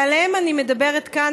ועליהם אני מדברת כאן,